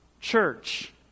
church